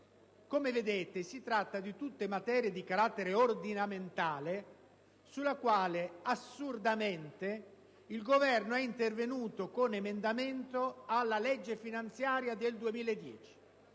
potete vedere, si tratta di materie di carattere ordinamentale, sulle quali assurdamente il Governo è intervenuto con un emendamento alla legge finanziaria del 2010,